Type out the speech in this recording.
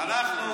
הבנת?